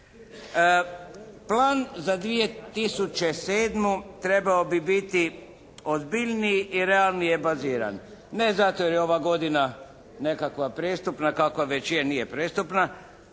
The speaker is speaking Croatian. Plan za 2007. trebao bi biti ozbiljniji i realnije baziran. Ne zato jer je ova godina nekakva prestupna kakva već je nije prestupna